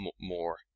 more